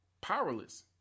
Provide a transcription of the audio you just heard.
powerless